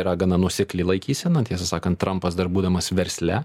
yra gana nuosekli laikysena tiesą sakant trampas dar būdamas versle